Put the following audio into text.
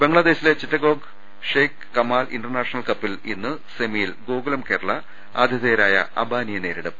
ബംഗ്ലാദേശിലെ ചിറ്റഗോംഗ് ഷെയ്ഖ് കമാൽ ഇന്റർനാഷണൽ കപ്പിൽ ഇന്ന് സെമിയിൽ ഗോകുലം കേരള ആതിഥേയരായ അബാ നിയെ നേരിടും